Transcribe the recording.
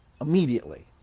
immediately